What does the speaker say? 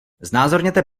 znázorněte